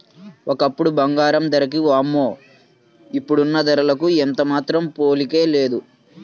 ఒకప్పుడు బంగారం ధరకి వామ్మో ఇప్పుడున్న ధరలకు ఏమాత్రం పోలికే లేదు